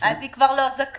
-- אז היא כבר לא זכאית.